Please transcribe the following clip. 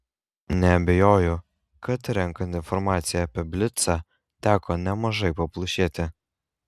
neabejoju kad renkant informaciją apie blicą teko nemažai paplušėti